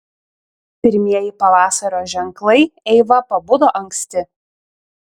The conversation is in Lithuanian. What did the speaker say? pirmieji pavasario ženklai eiva pabudo anksti